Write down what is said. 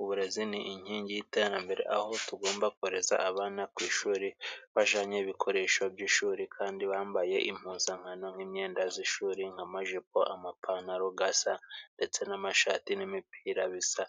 uburezi ni inkingi y'iterambere, aho tugomba kohereza abana ku ishuri bajyanye ibikoresho by'ishuri, kandi bambaye impuzankano nk'imyenda y'ishuri nkamajipo amapantaro asa, ndetse n'amashati n'imipira bisa,